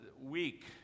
week